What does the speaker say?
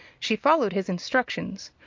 she followed his instructions,